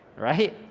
right?